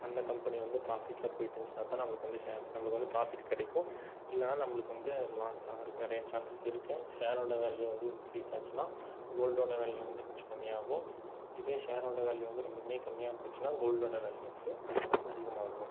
அந்த கம்பெனி வந்து ப்ராஃபிட்டில் போய்ட்டு இருந்துச்சுன்னா தான் நம்மளுக்கு வந்து ஷேர்ஸ் நம்மளுக்கு வந்து ப்ராஃபிட் கிடைக்கும் இல்லைனா நம்மளுக்கு வந்து அது லாஸ் ஆகறதுக்கு நிறையா சான்ஸஸ் இருக்கு ஷேரோட வேல்யூ வந்து இன்க்ரீஸ் ஆச்சுனா கோல்டோட வேல்யூ வந்து கொஞ்சம் கம்மியாகும் இதே ஷேரோட வேல்யூ வந்து ரொம்பவும் கம்மியாக போச்சுனா கோல்டோட வேல்யூ வந்து அதிகமாகும்